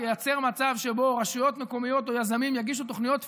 ייצר מצב שבו רשויות מקומיות או יזמים יגישו תוכניות פיקטיביות,